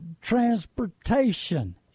transportation